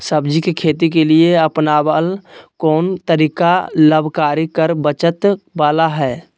सब्जी के खेती के लिए अपनाबल कोन तरीका लाभकारी कर बचत बाला है?